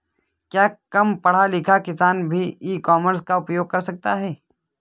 क्या कम पढ़ा लिखा किसान भी ई कॉमर्स का उपयोग कर सकता है?